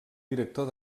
director